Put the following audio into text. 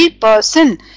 person